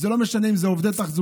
זה לא משנה אם זה עובדי תחזוקה,